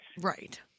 right